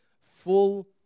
Full